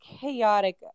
chaotic